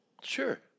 Sure